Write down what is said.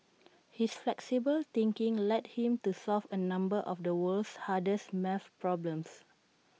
his flexible thinking led him to solve A number of the world's hardest math problems